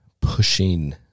pushing